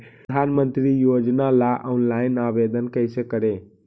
प्रधानमंत्री योजना ला ऑनलाइन आवेदन कैसे करे?